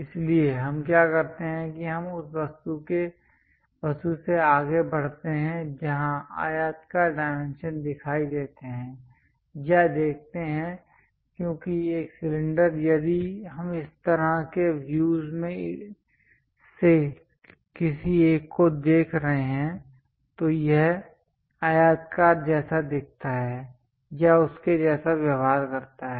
इसलिए हम क्या करते हैं कि हम उस वस्तु से आगे बढ़ते हैं जहां आयताकार डायमेंशन दिखाई देते हैं या देखते हैं क्योंकि एक सिलेंडर यदि हम इस तरह के व्यूज में से किसी एक को देख रहे हैं तो यह आयताकार जैसा दिखता है या उसके जैसा व्यवहार करता है